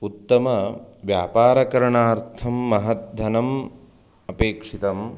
उत्तम व्यापारकरणार्थं महत् धनम् अपेक्षितम्